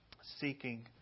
seeking